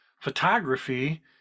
photography